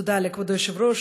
תודה לכבוד היושב-ראש,